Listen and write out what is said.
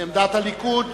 עמדת הליכוד.